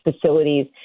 facilities